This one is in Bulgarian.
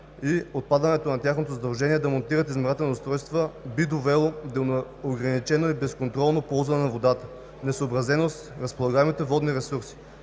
и отпадането на тяхното задължение да монтират измервателни устройства би довело до неограничено и безконтролно ползване на водата, несъобразено с разполагаемите водни ресурси.